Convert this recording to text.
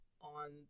on